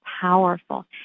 powerful